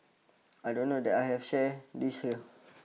I don't know that I have share this here